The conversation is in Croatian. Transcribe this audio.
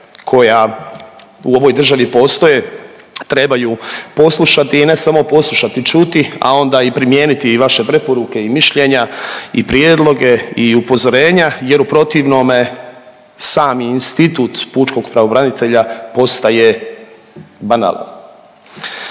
koja u ovoj državi postoje trebaju poslušati i ne samo poslušati čuti, a onda i primijeniti i vaše preporuke i mišljenja i prijedloge i upozorenja jer u protivnome sami institut pučkog pravobranitelja postaje banalan.